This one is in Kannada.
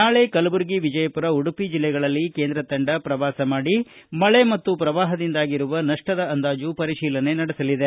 ನಾಳೆ ಕಲಬುರಗಿ ವಿಜಯಪುರ ಉಡುಪಿ ಜಿಲ್ಲೆಗಳಲ್ಲಿ ಕೇಂದ್ರ ತಂಡ ಪ್ರವಾಸ ಮಾಡಿ ಮಳೆ ಮತ್ತು ಪ್ರವಾಪದಿಂದಾಗಿರುವ ನಷ್ನದ ಅಂದಾಜು ಪರಿಶೀಲನೆ ನಡೆಸಲಿದೆ